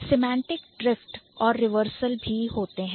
Semantic drift semantic drift औरreversal reversal भी होता है